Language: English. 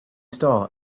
star